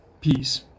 peace